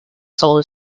solar